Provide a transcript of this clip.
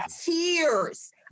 tears